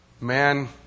Man